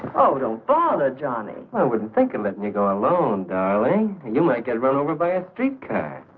don't bother johnny i wouldn't think it let me go alone you might get run over by i think.